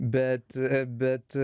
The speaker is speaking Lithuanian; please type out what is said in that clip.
bet bet